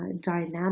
dynamic